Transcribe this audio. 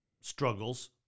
struggles